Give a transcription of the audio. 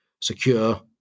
secure